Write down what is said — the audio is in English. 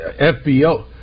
FBO